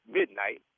midnight